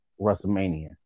WrestleMania